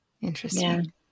Interesting